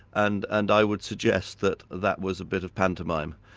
and and i would suggest that that was a bit of pantomime.